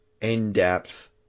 in-depth